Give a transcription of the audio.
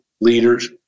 leaders